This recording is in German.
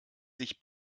sich